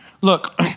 look